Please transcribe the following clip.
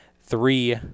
Three